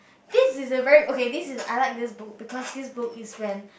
this is a very okay this is I like this book because this book is when